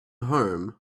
home